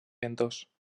ventós